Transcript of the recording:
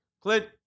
Clint